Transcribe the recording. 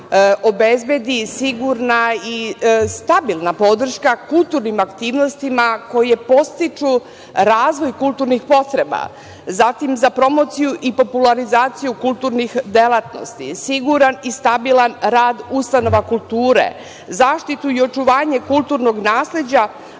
obezbedi sigurna i stabilna podrška kulturnim aktivnostima koje podstiču razvoj kulturnih potreba, zatim, za promociju i popularizaciju kulturnih delatnosti, siguran i stabilan rad ustanova kulture, zaštitu i očuvanje kulturnog nasleđa,